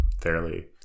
fairly